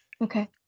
Okay